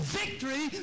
victory